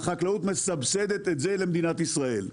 החקלאות מסבסדת את זה למדינת ישראל,